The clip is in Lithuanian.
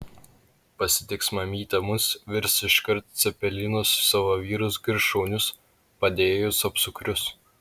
pasitiks mamytė mus virs iškart cepelinus savo vyrus girs šaunius padėjėjus apsukrius